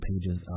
pages